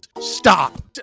stop